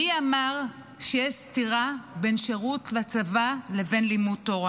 מי אמר שיש סתירה בין שירות בצבא לבין לימוד תורה?